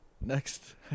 Next